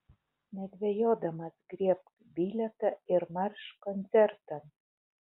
nedvejodamas griebk bilietą ir marš koncertan